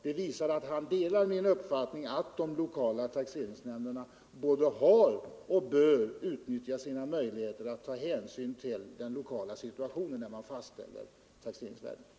Det visar att han delar min uppfattning att de lokala taxeringsnämnderna bör utnyttja sina möjligheter att ta hänsyn till den lokala situationen när de fastställer taxeringsvärdena.